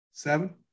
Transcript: Seven